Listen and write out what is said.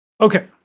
Okay